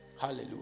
Hallelujah